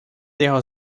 jeho